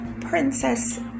Princess